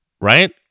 right